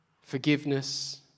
forgiveness